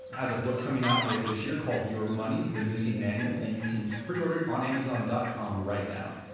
has a book coming out later this year called your money the missing manual, and you can preorder it on amazon dot com right now,